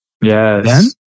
Yes